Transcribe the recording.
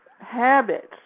habits